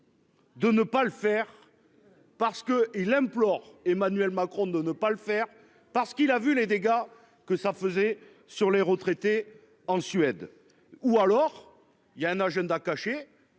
De ne pas le faire. Parce que il implore Emmanuel Macron de ne pas le faire parce qu'il a vu les dégâts que ça faisait sur les retraités en Suède ou alors il y a un agenda caché